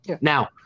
Now